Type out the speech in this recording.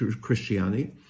Christiani